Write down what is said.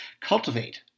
Cultivate